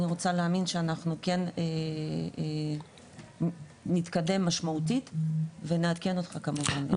אני רוצה להאמין שאנחנו כן נתקדם משמעותית ונעדכן אותך כמובן.